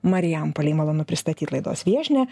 marijampolei malonu pristatyt laidos viešnią